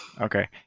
Okay